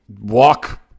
walk